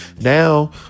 Now